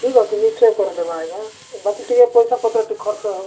ଠିକ୍ ଅଛି ନିଶ୍ଚୟ କରିଦେବା ଆଜ୍ଞା ବାକି ଟିକେ ପଇସା ପତ୍ର ଟିକେ ଖର୍ଚ୍ଚ ହେବ